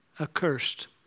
accursed